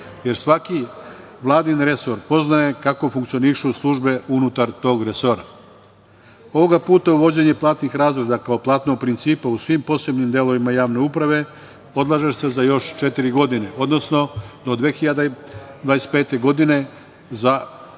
jer svaki vladin resor poznaje kako funkcionišu službe unutar tog resora. Ovoga puta uvođenje platnih razreda kao platnog principa u svim posebnim delovima javne uprave odlaže se za još četiri godine, odnosno do 2025. godine. Za ovo